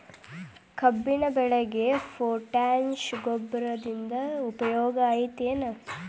ಕಬ್ಬಿನ ಬೆಳೆಗೆ ಪೋಟ್ಯಾಶ ಗೊಬ್ಬರದಿಂದ ಉಪಯೋಗ ಐತಿ ಏನ್?